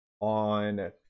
on